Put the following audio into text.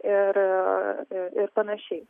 ir ir panašiai